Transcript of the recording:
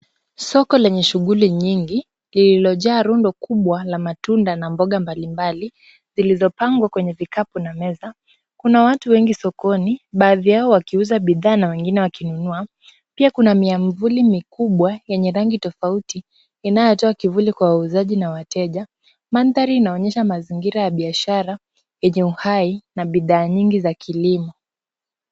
Soko lenye shughuli nyingi, lililojaa rundo kubwa la matunda na mboga mbali mbali, zilizopangwa kwenye vikapu na meza. Kuna watu wengi sokoni ,baadhi Yao wakiuza bidhaa na wengine wakinunua. Pia kuna miavuli mikubwa yenye rangi tofauti, inayotoa kivuli kwa wauzaji na wateja. Mandhari inaonyesha mazingira ya biashara yenye uhai na bidhaa nyingi za kilimo.